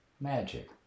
magic